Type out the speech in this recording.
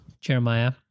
Jeremiah